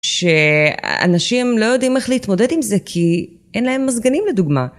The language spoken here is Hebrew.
שאנשים לא יודעים איך להתמודד עם זה כי אין להם מזגנים, לדוגמה.